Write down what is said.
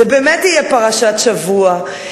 זה באמת יהיה פרשת השבוע.